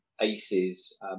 ACEs